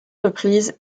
reprises